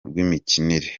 rw’imikinire